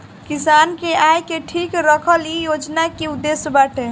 किसान के आय के ठीक रखल इ योजना के उद्देश्य बाटे